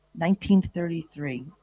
1933